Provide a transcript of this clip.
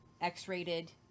X-rated